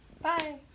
Bye